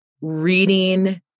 reading